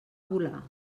volar